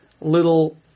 little